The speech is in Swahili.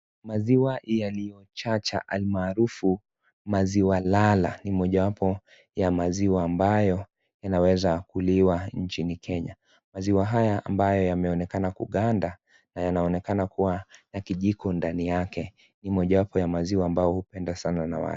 Maziwa yaliyochacha almaarufu maziwa lala, ni mojawapo ya maziwa ambayo, yanaweza kuliwa nchini Kenya. Maziwa haya ambayo yameonekana kuganda, na yanaonekana kuwa na kijiko ndani yake. Ni mojawapo ya maziwa ambayo hupendwa sana na watu.